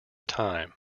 time